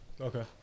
Okay